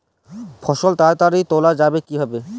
ফসল তাড়াতাড়ি তোলা যাবে কিভাবে?